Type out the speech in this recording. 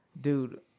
Dude